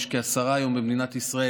יש כעשרה היום במדינת ישראל.